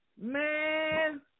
man